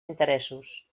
interessos